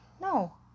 No